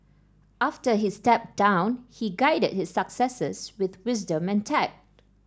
after he stepped down he guided his successors with wisdom and tact